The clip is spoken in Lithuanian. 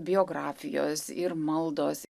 biografijos ir maldos